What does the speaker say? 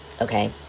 Okay